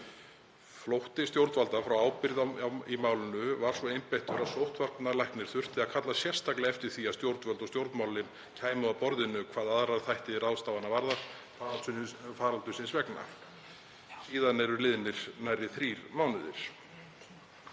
Flótti stjórnvalda frá ábyrgð í málinu var svo einbeittur að sóttvarnalæknir þurfti að kalla sérstaklega eftir því að stjórnvöld og stjórnmálin kæmu að borðinu hvað varðaði aðra þætti ráðstafana vegna faraldursins. Síðan eru liðnir nærri þrír mánuðir.